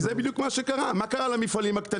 כי זה בדיוק מה שקרה, מה קרה למפעלים הקטנים?